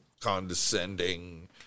condescending